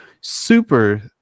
Super